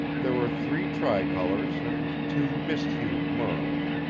there were three tricolors and two mist-hued merles.